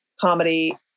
comedy